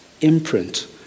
imprint